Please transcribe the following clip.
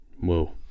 Whoa